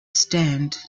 stand